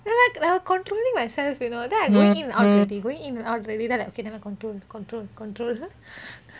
I was controlling myself you know then I thinking they going in and out already then I like okay never mind control control control